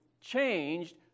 changed